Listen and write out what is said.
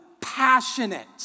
passionate